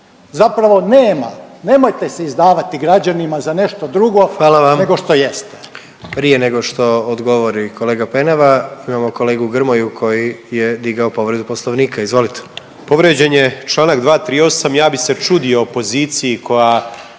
Zapravo nema, nemojte se izdavati građanima za nešto drugo nego što jeste.